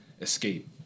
escape